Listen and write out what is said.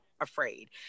afraid